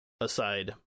aside